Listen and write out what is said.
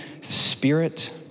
spirit